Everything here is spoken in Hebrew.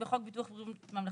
בחוק ביטוח בריאות ממלכתי,